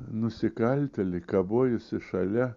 nusikaltėlį kabojusį šalia